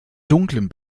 dunklen